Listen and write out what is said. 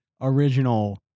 original